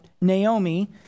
Naomi